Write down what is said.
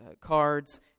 cards